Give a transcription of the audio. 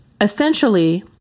Essentially